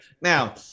Now